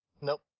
Nope